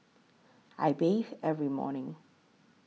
I bathe every morning